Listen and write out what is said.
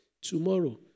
tomorrow